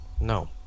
No